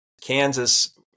Kansas